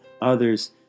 others